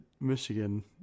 Michigan